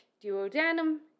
duodenum